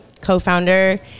co-founder